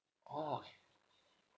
orh okay